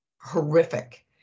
horrific